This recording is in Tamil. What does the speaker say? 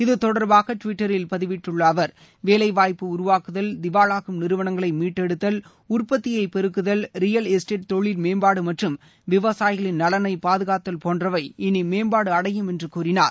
இது தொடர்பாக ட்விட்டரில் பதிவிட்டுள்ள அவர் வேலைவாய்ப்பு உருவாக்குதல் திவாலாகும் நிறுவனங்களை மீட்டெடுத்தல் உற்பத்தியை பெருக்குதல் ரியல் எஸ்டேட் தொழில் மேம்பாடு மற்றும் விவசாயிகளின் நலனைப் பாதுகாத்தல் போன்றவை இனி மேம்பாடு அடையும் என்றார்